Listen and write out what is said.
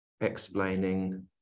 explaining